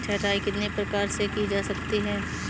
छँटाई कितने प्रकार से की जा सकती है?